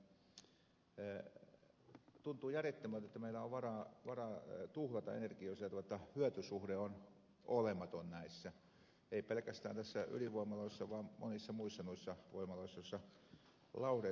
nimittäin tuntuu järjettömältä että meillä on varaa tuhlata energiaa sillä tavalla jotta hyötysuhde on olematon näissä ei pelkästään ydinvoimaloissa vaan monissa muissakin voimaloissa joissa lauhde tuhlataan